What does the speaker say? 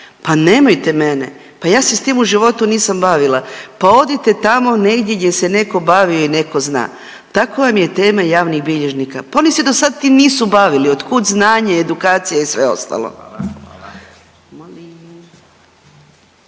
Pa nemojte mene, pa ja se s tim u životu nisam bavila. Pa odite tamo negdje gdje se netko bavio i netko zna. Tako vam je temelj javnih bilježnika. Pa oni se do sad tim nisu bavili. Od kud znanje, edukacija i sve ostalo?